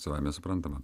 savaime suprantama